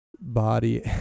body